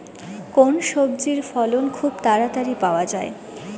কোন সবজির ফলন খুব তাড়াতাড়ি পাওয়া যায়?